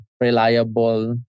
reliable